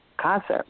concept